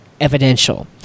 evidential